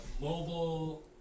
mobile